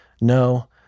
no